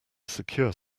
secure